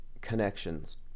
connections